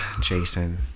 Jason